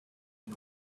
you